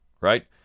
right